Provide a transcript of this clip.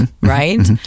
right